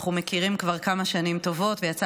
אנחנו מכירים כבר כמה שנים טובות ויצא